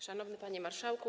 Szanowny Panie Marszałku!